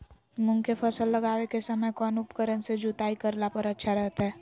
मूंग के फसल लगावे के समय कौन उपकरण से जुताई करला पर अच्छा रहतय?